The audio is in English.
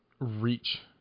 reach